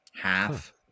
half